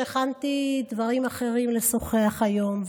הכנתי דברים אחרים לשוחח עליהם היום,